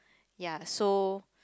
ya so